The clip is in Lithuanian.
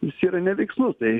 jis yra neveiksnus tai